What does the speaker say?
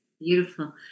Beautiful